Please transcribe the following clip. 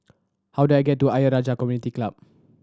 how do I get to Ayer Rajah Community Club